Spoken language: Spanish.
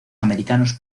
americanos